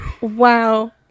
Wow